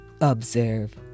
Observe